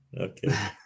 okay